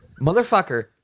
motherfucker